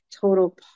total